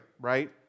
right